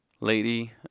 lady